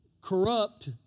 corrupt